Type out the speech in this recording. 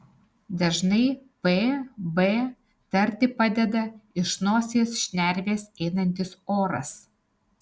dažnai p b tarti padeda iš nosies šnervės einantis oras